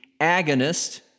agonist